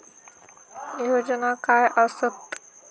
योजना काय आसत?